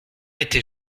était